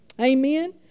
Amen